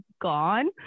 gone